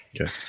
Okay